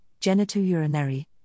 genitourinary